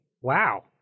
Wow